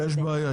יש בעיה.